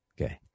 okay